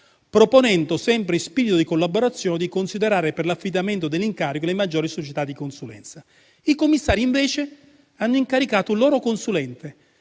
proponendo, sempre in spirito di collaborazione, di considerare per l'affidamento dell'incarico le maggiori società di consulenza. I commissari, invece, hanno incaricato un loro consulente,